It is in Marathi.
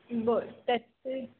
बरं त्याचे